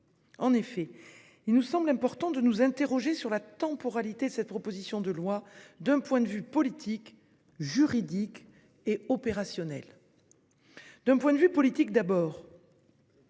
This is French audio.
En effet, il nous semble important de nous interroger sur la temporalité de cette proposition de loi d'un point de vue politique, juridique et opérationnel. D'un point de vue politique, d'abord.